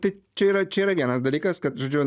tai čia yra čia yra vienas dalykas kad žodžiu